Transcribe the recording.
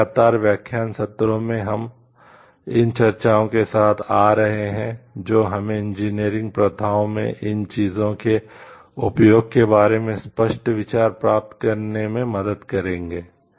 और लगातार व्याख्यान सत्रों में हम इन चर्चाओं के साथ आ रहे हैं जो हमें इंजीनियरिंग प्रथाओं में इन चीजों के उपयोग के बारे में स्पष्ट विचार प्राप्त करने में मदद करेंगे